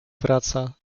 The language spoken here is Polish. wraca